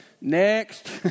next